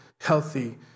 healthy